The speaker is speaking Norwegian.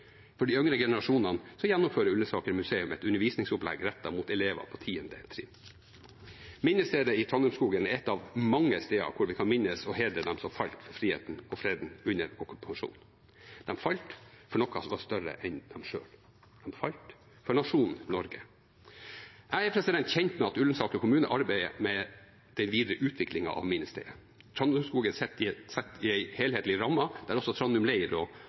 For de yngre generasjonene gjennomfører Ullensaker museum et undervisningsopplegg rettet mot elever på tiende trinn. Minnestedet i Trandumskogen er ett av mange steder hvor vi kan minnes og hedre dem som falt for friheten og freden under okkupasjonen. De falt for noe som var større enn dem selv. De falt for nasjonen Norge. Jeg er kjent med at Ullensaker kommune arbeider med den videre utviklingen av minnestedet – Trandumskogen satt i en helhetlig ramme, der også Trandum